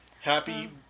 Happy